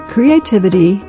Creativity